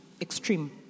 extreme